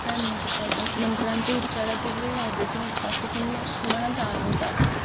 काय म्हणू शकतो आपण मंत्रांचे उच्चाराचे जे व्हायब्रेशन असतात ते तुम्ही तुम्हाला जाणवतातच